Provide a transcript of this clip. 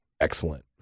excellent